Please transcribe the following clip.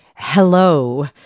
hello